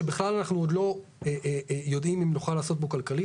שבכלל אנחנו עוד לא יודעים אם נוכל לעשות בו כלכלית,